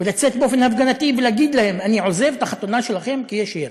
ולצאת באופן הפגנתי ולהגיד להם: אני עוזב את החתונה שלכם כי יש ירי.